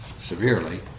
severely